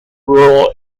rural